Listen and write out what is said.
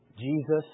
Jesus